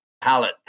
palette